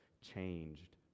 changed